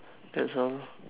that's all